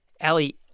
Allie